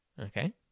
Okay